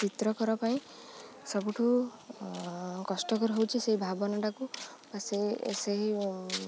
ଚିତ୍ରକର ପାଇଁ ସବୁଠୁ କଷ୍ଟକର ହେଉଛି ସେଇ ଭାବନାଟାକୁ ବା ସେଇ ସେହି